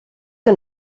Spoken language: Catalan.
que